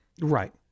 Right